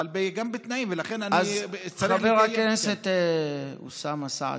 אבל גם בתנאים, ולכן צריך, חבר הכנסת אוסאמה סעדי,